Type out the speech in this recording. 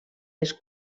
les